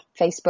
facebook